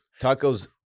tacos